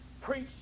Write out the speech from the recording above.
preach